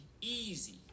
easy